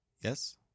yes